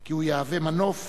כי הוא יהווה מנוף